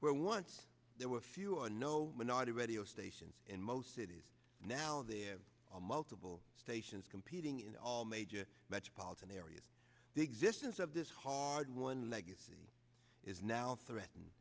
where once there were few or no minority radio stations in most cities now there are multiple stations competing in all major metropolitan areas the existence of this hard won legacy is now threatened